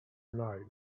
night